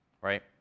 right